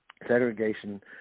segregation